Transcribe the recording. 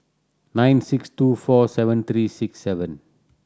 nine six two four seven three six seven